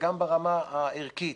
וגם ברמה הערכית.